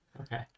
Okay